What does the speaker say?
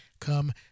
come